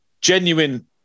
genuine